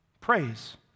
praise